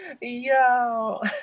Yo